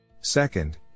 Second